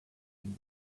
him